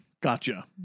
gotcha